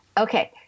Okay